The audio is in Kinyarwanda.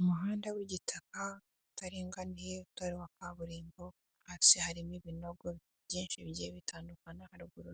Umuhanda w'igitaka utaringaniye utarimo kaburimbo, ndetse harimo ibinogo byinshi bigiye bitandukanye, haruguru